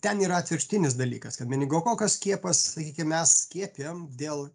ten yra atvirkštinis dalykas kad meningokoko skiepas sakykim mes skiepijam dėl